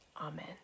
Amen